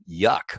yuck